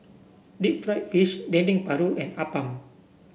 Deep Fried Fish Dendeng Paru and Appam